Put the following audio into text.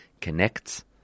connects